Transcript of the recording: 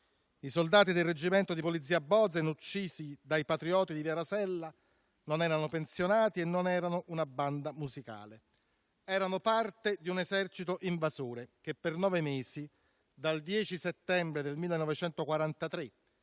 I soldati del reggimento di polizia Bozen uccisi dai patrioti in via Rasella non erano pensionati e non erano una banda musicale. Erano parte di un esercito invasore, che per nove mesi, dal 10 settembre del 1943